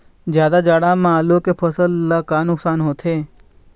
जादा जाड़ा म आलू के फसल ला का नुकसान होथे?